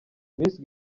miss